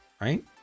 Right